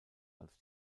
als